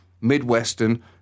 Midwestern